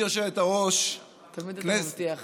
תמיד אתה מבטיח